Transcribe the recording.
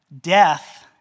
death